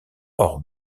hors